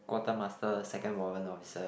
quarter master second warrant officer